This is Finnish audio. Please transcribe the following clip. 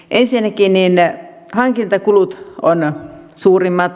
ensinnäkin hankintakulut ovat suurimmat